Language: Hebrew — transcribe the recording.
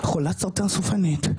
חולת סרטן סופנית,